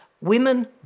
Women